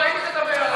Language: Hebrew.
אם היא תדבר עליי?